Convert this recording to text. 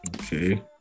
Okay